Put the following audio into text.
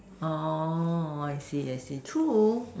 oh I see I see true